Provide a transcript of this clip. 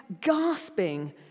gasping